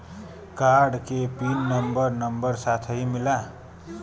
Card के pin number number साथही मिला?